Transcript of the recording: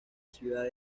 ciudad